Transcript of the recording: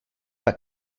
that